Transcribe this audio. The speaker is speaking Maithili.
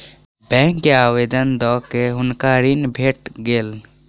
बैंक के आवेदन दअ के हुनका ऋण भेट गेल